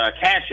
Cash